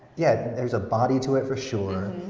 yeah there's a body to it, for sure.